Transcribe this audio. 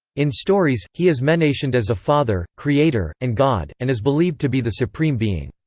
in stories, he is menationed as a father, creator, and god and is believed to be the supreme being.